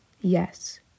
yes